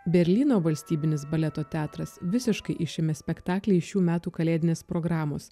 berlyno valstybinis baleto teatras visiškai išėmė spektaklį iš šių metų kalėdinės programos